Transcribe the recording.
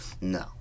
No